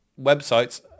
websites